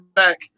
back